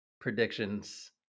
Predictions